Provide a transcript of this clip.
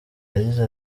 yagize